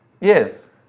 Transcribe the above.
Yes